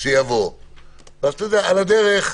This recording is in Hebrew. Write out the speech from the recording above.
שיבוא ואז על הדרך...